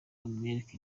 umwereka